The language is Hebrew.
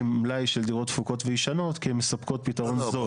מלאי של דירות דפוקות וישנות כי הן מספקות פתרון זול.